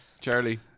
Charlie